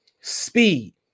speed